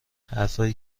حرفهایی